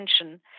attention